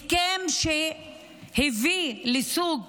הסכם שהביא לכך